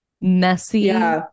messy